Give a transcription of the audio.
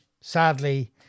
sadly